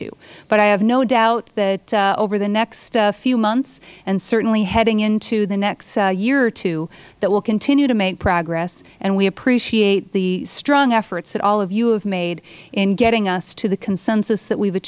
to but i have no doubt that over the next few months and certainly heading into the next year or two that we will continue to make progress and we appreciate the strong efforts that all of you have made in getting us to the consensus that we